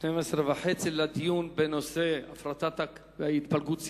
12:30 בדיון בנושא התפלגות סיעה.